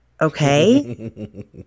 Okay